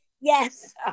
Yes